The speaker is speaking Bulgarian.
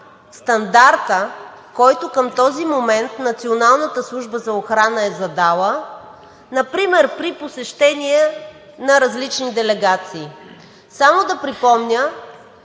стандарта, който към този момент Националната служба за охрана е задала например при посещение на различни делегации. Само да припомня,